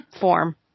form